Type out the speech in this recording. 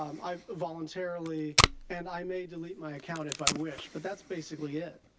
um i voluntarily and i may delete my account if i wish but that's basically it.